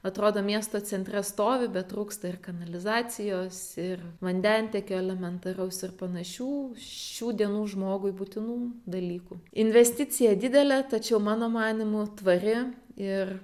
atrodo miesto centre stovi bet trūksta ir kanalizacijos ir vandentiekio elementaraus ir panašių šių dienų žmogui būtinų dalykų investicija didelė tačiau mano manymu tvari ir